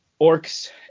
orcs